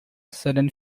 sudden